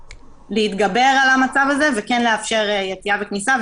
מתגברים על המצב הזה ומאפשרים יציאה וכניסה.